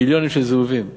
מיליונים של זהובים בכתובה.